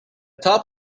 top